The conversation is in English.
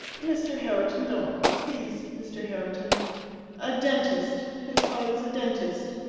mr. herriton, don't please, mr. herriton a dentist. his father's a dentist.